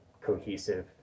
cohesive